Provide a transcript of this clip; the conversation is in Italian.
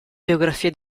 biografie